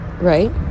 Right